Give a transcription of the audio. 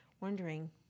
wondering